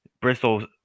Bristol